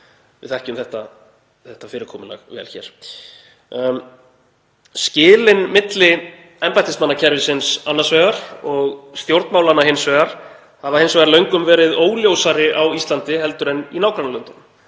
Við þekkjum þetta fyrirkomulag vel hér. Skilin milli embættismanna annars vegar og stjórnmálamanna hins vegar hafa hins vegar löngum verið óljósari á Íslandi en í nágrannalöndunum.